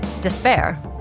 despair